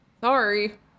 sorry